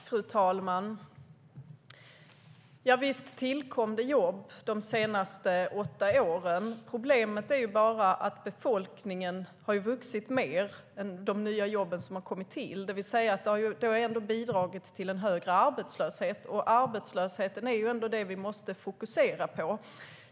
Fru talman! Ja, visst har det tillkommit jobb de senaste åtta åren. Problemet är bara att befolkningen har vuxit mer än antalet nya jobb, vilket alltså har bidragit till en högre arbetslöshet. Arbetslösheten är ändå det vi måste fokusera på.